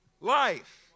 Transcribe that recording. life